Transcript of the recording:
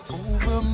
over